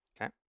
Okay